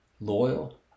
loyal